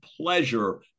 pleasure